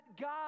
God